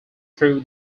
through